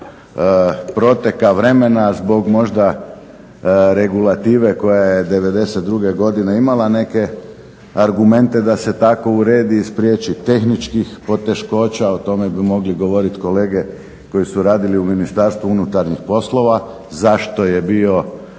proteka vremena, zbog možda regulative koja je '92. godine imala neke argumente da se tako uredi i spriječi tehničkih poteškoća. O tome bi mogli govoriti kolege koji su radili u Ministarstvu unutarnjih poslova zašto je ta